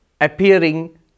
appearing